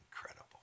Incredible